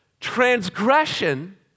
Transgression